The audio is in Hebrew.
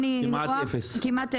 כמעט אפס.